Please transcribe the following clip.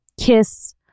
kiss